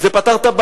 מה עשו?